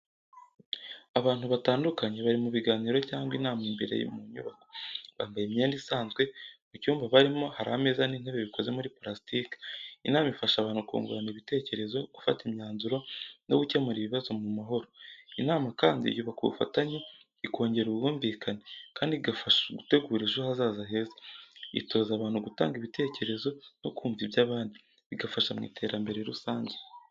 Abantu batandukanye bari mu biganiro cyangwa inama imbere mu nyubako. Bambaye imyenda isanzwe. Mu cyumba barimo hari ameza n'intebe bikoze muri palasitike. Inama ifasha abantu kungurana ibitekerezo, gufata imyanzuro, no gukemura ibibazo mu mahoro. Inama kandi yubaka ubufatanye, ikongera ubwumvikane, kandi igafasha gutegura ejo hazaza heza. Itoza abantu gutanga ibitekerezo no kumva iby’abandi, bigafasha mu iterambere rusange.